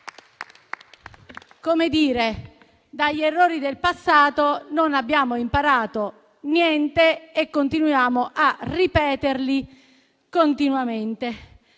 Come a dire: dagli errori del passato non abbiamo imparato niente e continuiamo a ripeterli continuamente,